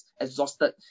exhausted